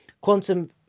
quantum